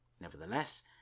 Nevertheless